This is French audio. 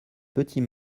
petit